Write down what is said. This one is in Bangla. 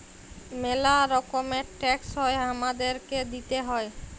ম্যালা রকমের ট্যাক্স হ্যয় হামাদেরকে দিতেই হ্য়য়